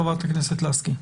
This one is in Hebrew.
חברת הכנסת לסקי.